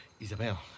Isabel